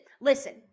listen